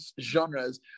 genres